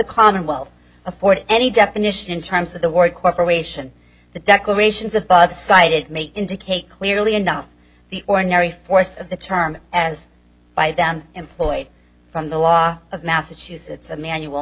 commonwealth afford any definition in terms of the word corporation the declarations above cited may indicate clearly enough the ordinary force of the term as by them employed from the law of massachusetts a manual